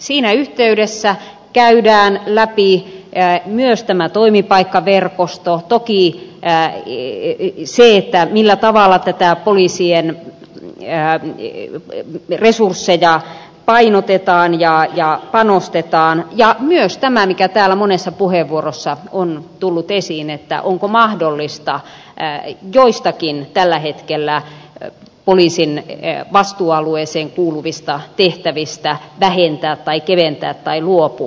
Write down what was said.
siinä yhteydessä käydään läpi myös tämä toimipaikkaverkosto toki se millä tavalla poliisien resursseja painotetaan ja panostetaan ja myös tämä mikä täällä monessa puheenvuorossa on tullut esiin onko mahdollista joistakin tällä hetkellä poliisin vastuualueeseen kuuluvista tehtävistä vähentää tai keventää tai luopua